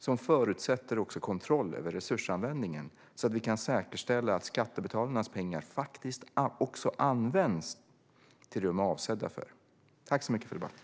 Detta förutsätter kontroll över resursanvändningen så att vi kan säkerställa att skattebetalarnas pengar faktiskt används till det som de är avsedda för. Tack så mycket för debatten!